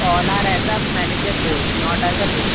all are as a manager post not as a labour